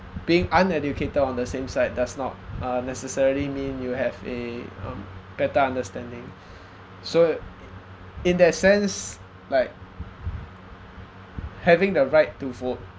being uneducated on the same side does not uh necessarily mean you have a um better understanding so in that sense like having the right to vote